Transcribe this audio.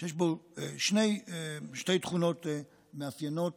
ויש בו שתי תכונות מאפיינות